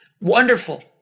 Wonderful